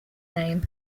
name